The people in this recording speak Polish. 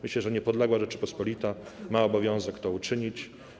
Myślę, że niepodległa Rzeczpospolita ma obowiązek to uczynić.